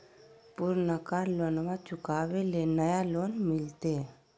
पुर्नका लोनमा चुकाबे ले नया लोन मिलते?